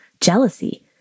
jealousy